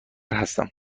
هستم